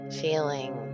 feeling